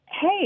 hey